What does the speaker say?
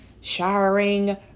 showering